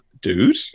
dude